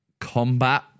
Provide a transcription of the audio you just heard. combat